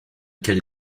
quels